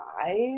five